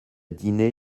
dîner